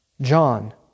John